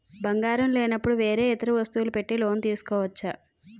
బంగారం లేనపుడు వేరే ఇతర వస్తువులు పెట్టి లోన్ తీసుకోవచ్చా?